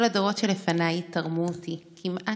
"כל הדורות שלפניי תרמו אותי / קמעה